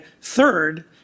Third